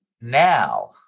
Now